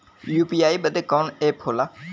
UPI बदे कवन app होला?